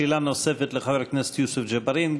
שאלה נוספת לחבר הכנסת יוסף ג'בארין.